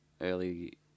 early